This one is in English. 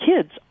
kids